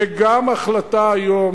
וגם החלטה היום,